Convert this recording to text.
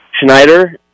Schneider